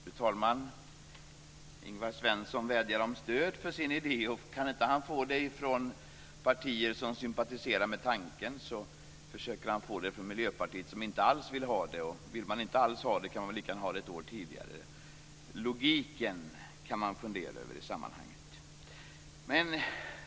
Fru talman! Ingvar Svensson vädjar om stöd för sin idé, och om han inte kan få det från partier som sympatiserar med tanken, försöker han få stöd från Miljöpartiet, som inte alls vill ha det. Den som inte alls vill ha det kan lika gärna få det ett år tidigare - man kan fundera över logiken i sammanhanget.